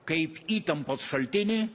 kaip įtampos šaltinį